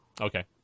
Okay